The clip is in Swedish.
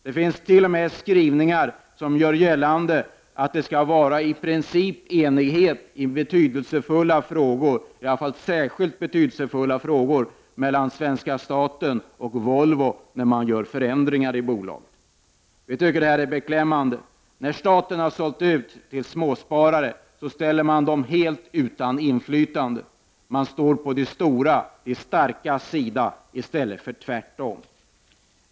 Det finns t.o.m. skrivningar som förutsätter att i princip enighet skall föreligga, i varje fall i särskilt betydelsefulla frågor, mellan svenska staten och Volvo i samband med att förändringar i bolaget görs. Vi tycker att detta är beklämmande. När staten har sålt ut till småsparare ställer man dem helt utan inflytande. Man står på de storas och de starkas sida i stället för tvärtom.